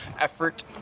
effort